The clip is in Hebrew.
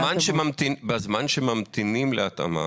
בזמן שממתינים להתאמה,